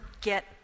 get